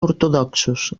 ortodoxos